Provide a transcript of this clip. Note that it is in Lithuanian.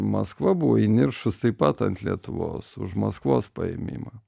maskva buvo įniršus taip pat ant lietuvos už maskvos paėmimą